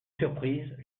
surprise